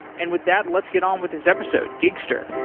and with that, let's get on with this episode gigster.